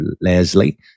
Leslie